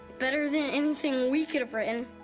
better than anything we could have written.